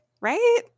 right